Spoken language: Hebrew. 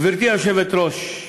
גברתי היושבת-ראש,